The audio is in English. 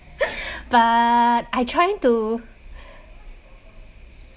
but I trying to